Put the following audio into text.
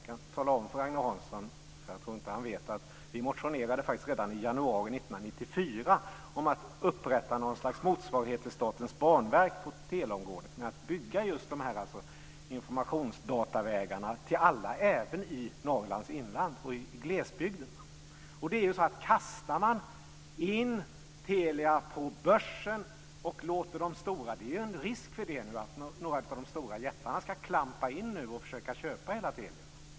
Jag ska tala om för Agne Hansson, för jag tror inte han vet det, att vi faktiskt motionerade redan i januari 1994 om att upprätta något slags motsvarighet till Statens banverk på teleområdet med att bygga just dessa informationsdatavägarna till alla, även i Norrlands inland och i glesbygden. Nu finns det ju en risk att några av de stora jättarna klampar in och försöker köpa hela Telia.